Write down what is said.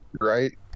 right